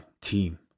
team